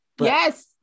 yes